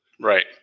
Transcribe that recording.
Right